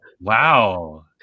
Wow